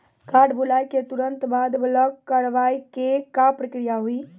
Card भुलाए के तुरंत बाद ब्लॉक करवाए के का प्रक्रिया हुई?